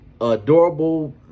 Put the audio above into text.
adorable